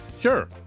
sure